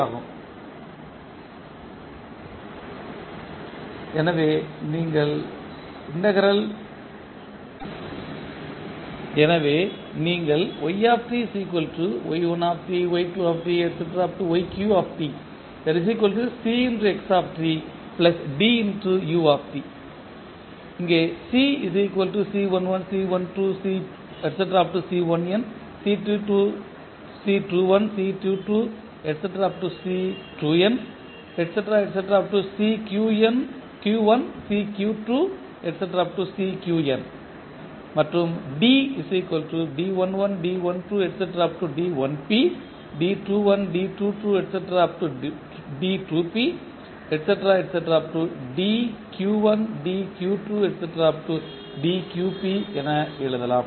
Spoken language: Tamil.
ஆகவே நீங்கள் என எழுதலாம்